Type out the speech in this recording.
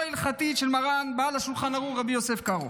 ההלכתית של מרן בעל השולחן ערוך רבי יוסף קארו.